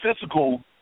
physical